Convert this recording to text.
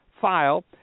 file